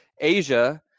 Asia